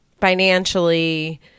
financially